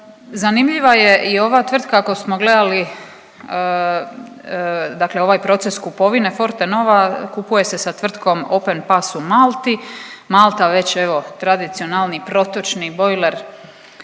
Zanimljiva je i ova tvrtka ako smo gledali, dakle ovaj proces kupovine, Fortenova kupuje se sa tvrtkom Open Pass u Malti, Malta već evo tradicionalni protočni bojler,